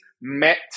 met